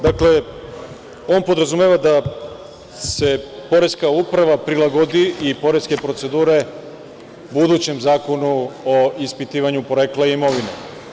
Dakle, on podrazumeva da se poreska uprava prilagodi i poreske proceduru budućem zakonu o ispitivanju porekla imovine.